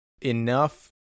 enough